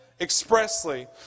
expressly